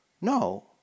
no